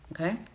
okay